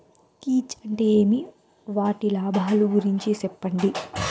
కీచ్ అంటే ఏమి? వాటి లాభాలు గురించి సెప్పండి?